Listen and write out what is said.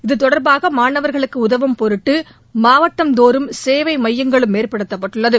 இதுதொடர்பாக மாணவர்களுக்கு உதவும் பொருட்டு மாவட்டம் தோறும் சேவை மையங்களும் ஏற்படுத்தப்பட்டுள்ளது